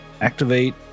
activate